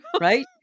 Right